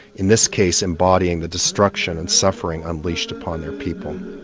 in this case embodying the destruction and suffering unleashed upon their people.